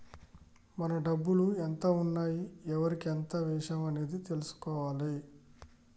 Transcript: మన డబ్బులు ఎంత ఉన్నాయి ఎవరికి ఎంత వేశాము అనేది తెలుసుకోవాలే